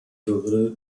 würde